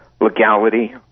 legality